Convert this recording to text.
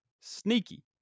sneaky